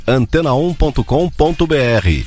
antena1.com.br